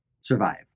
survive